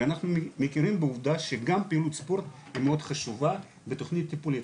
אנחנו מכירים בעובדה שגם פעילות ספורט היא מאוד חשובה ותוכנית טיפולית,